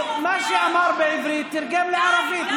מה שאמר בערבית, תרגם לערבית.